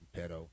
pedo